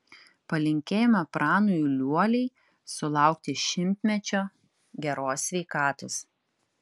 palinkėjome pranui liuoliai sulaukti šimtmečio geros sveikatos